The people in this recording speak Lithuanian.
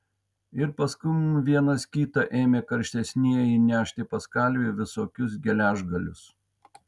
ir paskum vienas kitą ėmė karštesnieji nešti pas kalvį visokius geležgalius